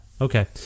okay